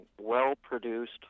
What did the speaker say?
well-produced